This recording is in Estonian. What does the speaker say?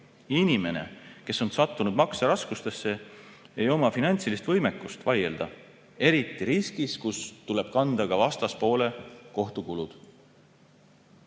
inimene, kes on sattunud makseraskustesse, ei oma finantsilist võimekust vaielda, eriti kui on risk, et tuleb kanda ka vastaspoole kohtukulud.